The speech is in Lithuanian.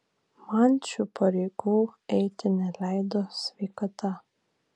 man šių pareigų eiti neleido sveikata